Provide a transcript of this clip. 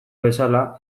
bezala